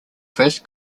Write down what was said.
first